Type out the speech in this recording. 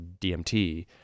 DMT